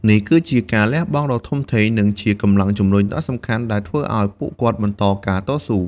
នេះគឺជាការលះបង់ដ៏ធំធេង និងជាកម្លាំងជំរុញដ៏សំខាន់ដែលធ្វើឱ្យពួកគាត់បន្តការតស៊ូ។